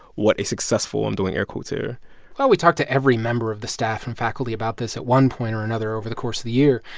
what a successful i'm doing air quotes here well, we talked to every member of the staff and faculty about this at one point or another over the course of the year,